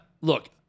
Look